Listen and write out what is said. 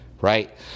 Right